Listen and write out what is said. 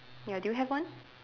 ya do you have one